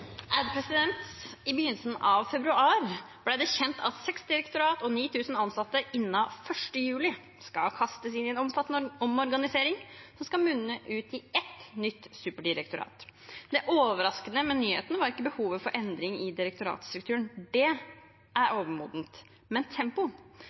I begynnelsen av februar ble det kjent at seks direktorater og 9 000 ansatte innen 1. juli skal ha vært gjennom en omorganisering som skal munne ut i ett nytt superdirektorat. Det overraskende med nyheten var ikke behovet for endring i direktoratstrukturen – det er